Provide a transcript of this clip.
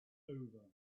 over